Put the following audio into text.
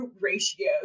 ratio